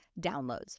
downloads